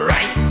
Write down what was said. Right